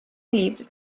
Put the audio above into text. livro